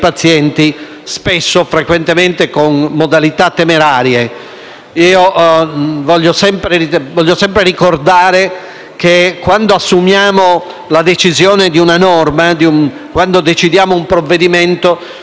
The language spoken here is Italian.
Voglio sempre ricordare che, quando assumiamo la decisione di una norma, quando decidiamo un provvedimento, dobbiamo sempre pensare all'immanente anomalia consistente